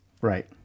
Right